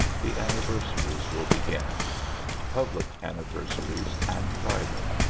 the anniversaries will begin public anniversaries and private.